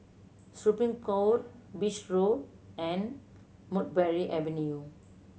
Supreme Court Beach Road and Mulberry Avenue